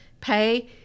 pay